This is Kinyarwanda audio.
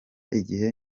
igihe